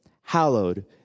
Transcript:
hallowed